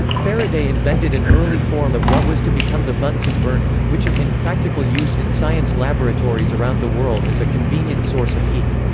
faraday invented an early form of what was to become the bunsen burner, which is in practical use in science laboratories around the world as a convenient source of heat.